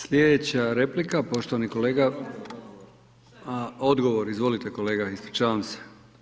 Slijedeća replika poštovani kolega, odgovor izvolite kolega, ispričavam se.